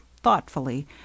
thoughtfully